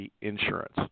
insurance